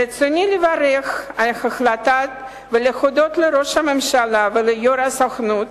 ברצוני לברך על ההחלטה ולהודות לראש הממשלה וליושב-ראש הסוכנות.